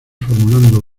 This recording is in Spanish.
formulando